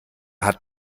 hat